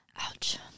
Ouch